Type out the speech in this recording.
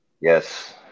Yes